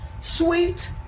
sweet